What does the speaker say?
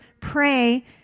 pray